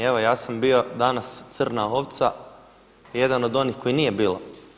Evo ja sam bio danas crna ovca, jedan od onih koji nije bila.